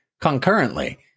concurrently